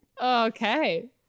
Okay